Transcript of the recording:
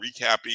recapping